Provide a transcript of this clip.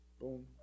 boom